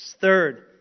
Third